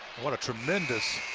what a tremendous